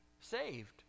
saved